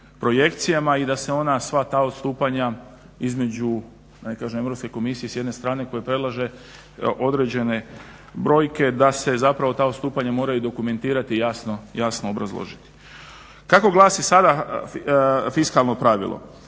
projekcijama i da se ona sva ta odstupanja između, da ne kažem Europske komisije s jedne strane koja predlaže određene brojke, da se zapravo ta odstupanja moraju dokumentirati i jasno obrazložiti. Kako glasi sada fiskalno pravilo?